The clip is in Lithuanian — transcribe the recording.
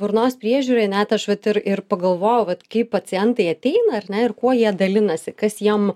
burnos priežiūrai net aš vat ir ir pagalvojau vat kai pacientai ateina ar ne ir kuo jie dalinasi kas jam